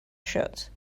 shut